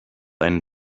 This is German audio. einen